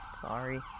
sorry